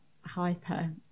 hyper